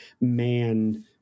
man